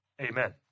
Amen